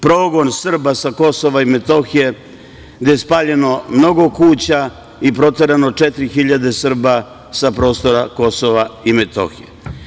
Progon Srba sa Kosova i Metohije, gde je spaljeno mnogo kuća i proterano 4.000 Srba sa prostora Kosova i Metohije.